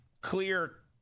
clear